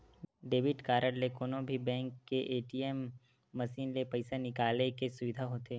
debit card ले कोनो भी बेंक के ए.टी.एम मसीन ले पइसा निकाले के सुबिधा होथे